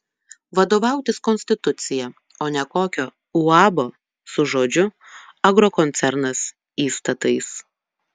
vadovautis konstitucija o ne kokio uabo su žodžiu agrokoncernas įstatais